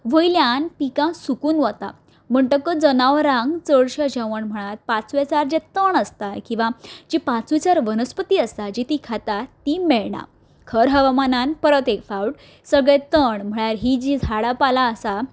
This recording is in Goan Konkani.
वयल्यान पिकां सुकून वता म्हणटकच जनावरांक चडशें जेवण म्हळ्यार पांचवेचार जे तण आसता किंवां जी पांचवीचार वनस्पती आसता जी ती खांतात ती मेळना खर हवामानान परत एक फावट सगळें तण म्हळ्यार ही जी झाडांपालां आसा